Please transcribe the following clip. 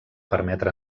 permetre